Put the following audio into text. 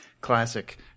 Classic